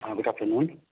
good afternoon